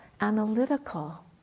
analytical